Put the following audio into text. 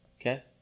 okay